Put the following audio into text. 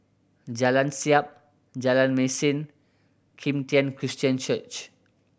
Jalan Siap Jalan Mesin Kim Tian Christian Church